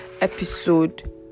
episode